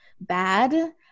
bad